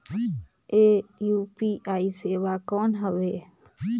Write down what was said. ये यू.पी.आई सेवा कौन हवे?